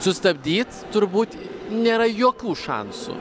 sustabdyt turbūt nėra jokių šansų